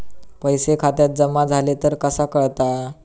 पैसे खात्यात जमा झाले तर कसा कळता?